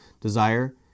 Desire